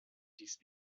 dies